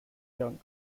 young